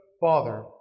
Father